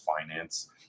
finance